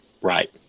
right